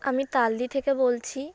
আমি তালদি থেকে বলছি